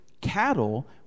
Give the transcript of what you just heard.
cattle